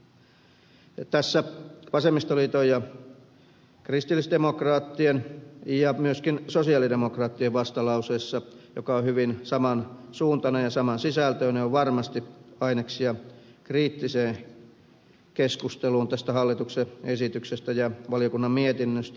tässä vasemmistoliiton ja kristillisdemokraattien vastalauseessa ja myöskin sosialidemokraattien vastalauseessa joka on hyvin samansuuntainen ja samansisältöinen on varmasti aineksia kriittiseen keskusteluun tästä hallituksen esityksestä ja valiokunnan mietinnöstä